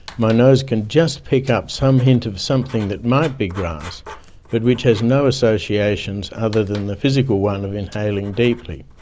my nose can just pick up some hint of something that might be grass but which has no associations other than the physical one of inhaling deeply.